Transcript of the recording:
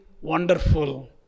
wonderful